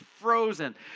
frozen